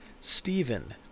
Stephen